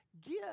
give